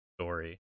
story